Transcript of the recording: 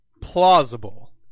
plausible